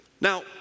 Now